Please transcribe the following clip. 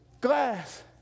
glass